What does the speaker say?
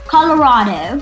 Colorado